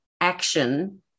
action –